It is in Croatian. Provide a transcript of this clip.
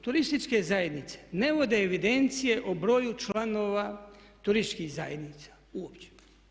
Turističke zajednice ne vode evidencije o broju članova turističkih zajednica uopće.